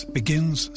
begins